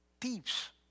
thieves